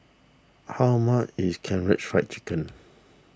how much is Karaage Fried Chicken